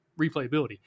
replayability